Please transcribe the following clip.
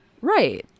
right